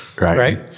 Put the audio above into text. Right